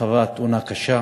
חווה תאונה קשה,